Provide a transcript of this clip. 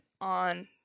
on